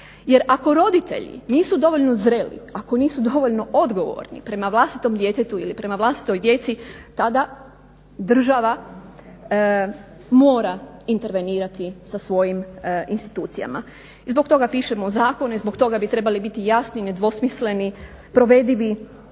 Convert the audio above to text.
Jer ako roditelji nisu dovoljno zreli, ako nisu dovoljno odgovorni prema vlastitom djetetu ili prema vlastitoj djeci tada država mora intervenirati sa svojim institucijama. Zbog toga pišemo zakone, zbog toga bi trebali biti jasni, nedvosmisleni, provedivi,